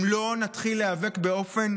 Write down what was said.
אם לא נתחיל להיאבק באופן